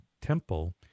temple